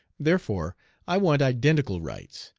therefore i want identical rights,